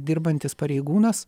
dirbantis pareigūnas